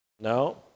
No